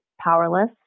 powerless